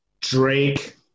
Drake